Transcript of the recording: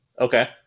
Okay